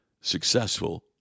successful